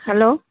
hello